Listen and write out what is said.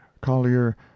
collier